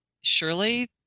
surely